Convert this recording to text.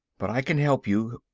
but i can help you,